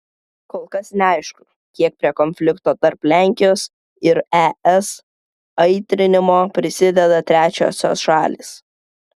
kol kas neaišku kiek prie konflikto tarp lenkijos ir es aitrinimo prisideda trečiosios šalys